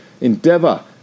Endeavour